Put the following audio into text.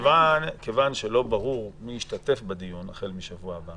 כיוון שלא ברור מי ישתתף בדיון החל מהשבוע הבא